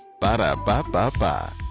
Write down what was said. Ba-da-ba-ba-ba